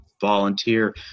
volunteer